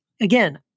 again